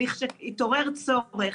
כאשר התעורר צורך,